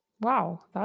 Wow